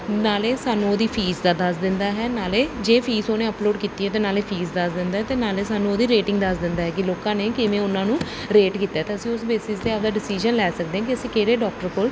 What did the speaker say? ਨਾਲੇ ਸਾਨੂੰ ਉਹਦੀ ਫੀਸ ਦਾ ਦੱਸ ਦਿੰਦਾ ਹੈ ਨਾਲੇ ਜੇ ਫੀਸ ਉਹਨੇ ਅਪਲੋਡ ਕੀਤੀ ਹੈ ਤਾਂ ਨਾਲੇ ਫੀਸ ਦੱਸ ਦਿੰਦਾ ਹੈ ਤੇ ਨਾਲੇ ਸਾਨੂੰ ਉਹਦੀ ਰੇਟਿੰਗ ਦੱਸ ਦਿੰਦਾ ਹੈ ਕਿ ਲੋਕਾਂ ਨੇ ਕਿਵੇਂ ਉਹਨਾਂ ਨੂੰ ਰੇਟ ਕੀਤਾ ਹੈ ਤਾਂ ਅਸੀਂ ਉਸ ਬੇਸਿਸ 'ਤੇ ਆਪਣਾ ਡਸੀਜਨ ਲੈ ਸਕਦੇ ਹਾਂ ਕਿ ਅਸੀਂ ਕਿਹੜੇ ਡੋਕਟਰ ਕੋਲ